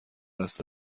دست